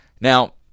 now